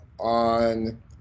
on